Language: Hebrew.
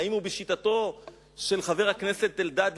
האם הוא בשיטתו של חבר הכנסת אלדד,